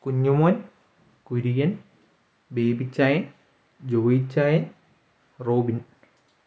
കുഞ്ഞുമോൻ കുര്യൻ ബേബിച്ചായൻ ജോയിച്ചായൻ റോബിൻ